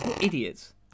Idiots